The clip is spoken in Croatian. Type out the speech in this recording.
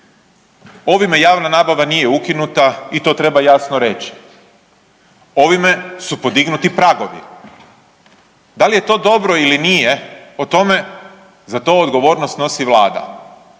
Ovime javna nabava nije ukinuta i to treba jasno reći, ovime su podignuti pragovi. Da li je to dobro ili nije o tome, za to odgovornost snosi vlada.